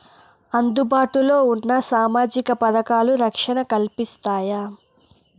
అందుబాటు లో ఉన్న సామాజిక పథకాలు, రక్షణ కల్పిస్తాయా?